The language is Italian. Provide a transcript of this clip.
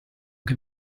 che